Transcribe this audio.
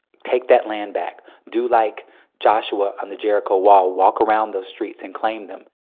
take that land back. do like joshua on the jericho wall. walk around those streets and claim them